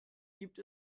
gibt